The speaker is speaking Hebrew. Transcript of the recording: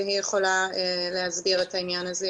היא יכולה להסביר את העניין טוב ממני.